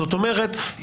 זאת אומרת,